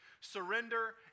surrender